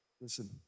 listen